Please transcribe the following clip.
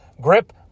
grip